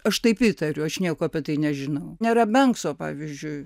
aš taip įtariu aš nieko apie tai nežinau nerabenkso pavyzdžiui